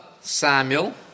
Samuel